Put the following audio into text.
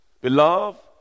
Beloved